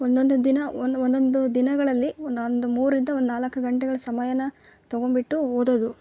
ಒಂದೊಂದು ದಿನ ಒಂದೊಂದು ದಿನಗಳಲ್ಲಿ ಒನ್ನೊಂದು ಮೂರಿಂದ ಒಂದು ನಾಲ್ಕು ಗಂಟೆಗಳ ಸಮಯ ತಗೊಂಬಿಟ್ಟು ಓದೋದು